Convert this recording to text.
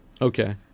Okay